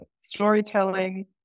storytelling